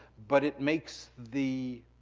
but it makes the.